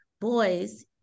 boys